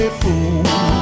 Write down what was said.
fool